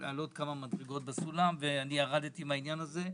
לעלות כמה מדרגות בסולם וירדתי מהעניין הזה,